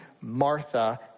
Martha